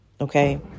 okay